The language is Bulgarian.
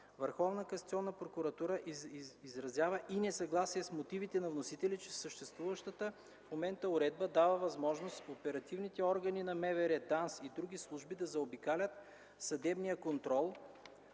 Върховната касационна прокуратура изразява и несъгласие с мотивите на вносителя, че съществуващата в момента уредба дава възможност оперативните органи на МВР, ДАНС и другите служби да заобикалят съдебния контрол